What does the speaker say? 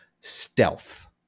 stealth